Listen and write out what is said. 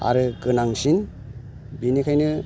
आरो गोनांसिन बिनिखायनो